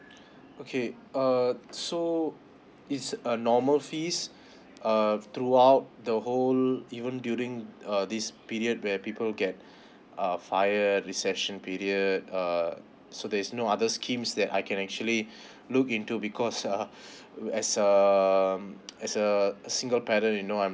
okay uh so it's a normal fees uh throughout the whole even during err this period where people get uh fire recession period uh so there's no other schemes that I can actually look into because err as a um as a single parent you know I'm